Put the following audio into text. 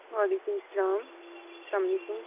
وعلیکم السّلام السّلام علیکم